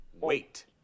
wait